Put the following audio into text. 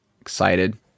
excited